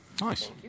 Nice